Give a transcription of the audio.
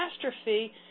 catastrophe